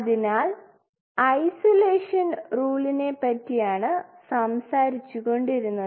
അതിനാൽ ഐസൊലേഷൻ റൂളിനെ പറ്റിയാണ് സംസാരിച്ചുകൊണ്ടിരുന്നത്